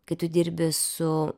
kai tu dirbi su